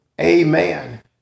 Amen